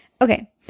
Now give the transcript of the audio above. Okay